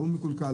ההוא מקולקל,